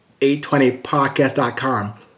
820podcast.com